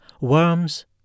worms